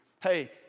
hey